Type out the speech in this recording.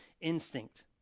instinct